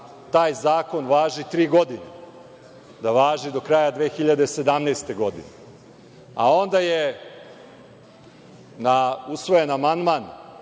taj zakon važi tri godine, da važi do kraja 2017. godine, a onda je usvojen amandman